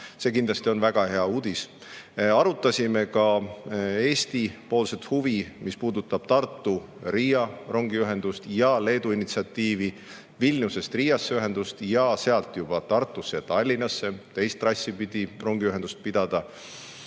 See kindlasti on väga hea uudis. Arutasime ka Eesti-poolset huvi, mis puudutab Tartu-Riia rongiühendust ning Leedu initsiatiivi, ühendust Vilniusest Riiga ja sealt juba Tartusse ja Tallinnasse, et teist trassi pidi rongiühendust pidada.